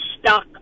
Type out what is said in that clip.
stuck